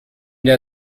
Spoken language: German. der